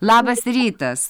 labas rytas